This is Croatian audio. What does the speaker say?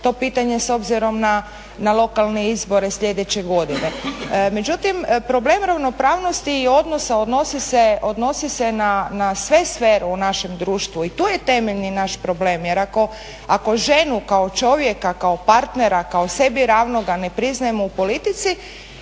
to pitanje s obzirom na lokalne izbore sljedeće godine. Međutim problem ravnopravnosti i odnosa, odnosi se na sve sfere u našem društvu i tu je temeljni naš problem, jer ako ženu kao čovjeka, kao partnera, kao sebi ravnoga ne priznajemo u politici,